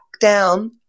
down